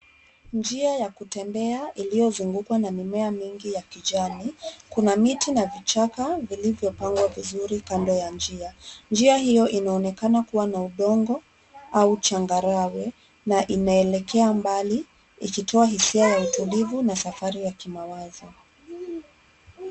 Njia ya kutembea iliyozungukwa na mimea mengi ya kijani, kuna miti na vichaka vilivyopangwa vizuri kando ya njia. Njia hiyo inaonekana kuwa na udongo au changarawe na inaelekea mbali ikitoa hisia ya utulivu na safari ya kimawazo.